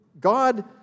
God